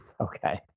okay